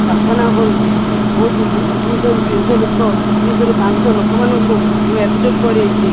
ପ୍ରାର୍ଥନା କରୁଛି ବହୁତ ଦୁଇଶହ ରୁ ତିନିଶହ ଲୋକ ତିନିଶହ ରୁ ପାଞ୍ଚଶହ ଲୋକମାନଙ୍କୁ ମୁଁ ଏଗଜୁଟ୍ କରାଇଛି